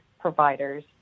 providers